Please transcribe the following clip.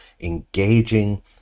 engaging